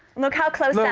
look how close yeah